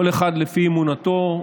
כל אחד לפי אמונתו,